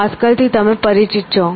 pascal થી તમે પરિચિત છો